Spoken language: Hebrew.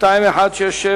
לא הספקתי להגיע.